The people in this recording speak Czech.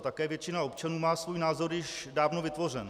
Také většina občanů má svůj názor již dávno vytvořený.